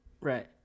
Right